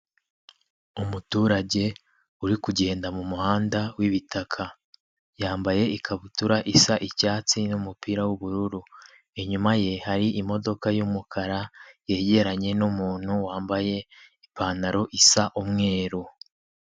Umuturage uri kugenda mu muhanda w'ibitaka, yambaye ikabutura isa icyatsi n'umupira w'ubururu, inyuma ye hari imodoka y'umukara yegeranye n'umuntu wambaye ipantaro isa umweru.